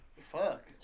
Fuck